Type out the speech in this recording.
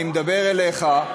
אני מדבר אליך,